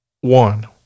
one